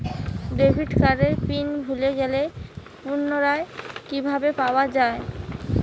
Debit কার্ডের PIN ভুলে গেলে পুনরায় কিভাবে পাওয়া য়ায়?